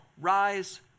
rise